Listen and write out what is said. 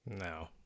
No